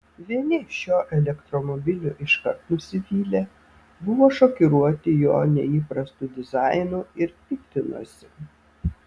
vieni šiuo elektromobiliu iškart nusivylė buvo šokiruoti jo neįprastu dizainu ir piktinosi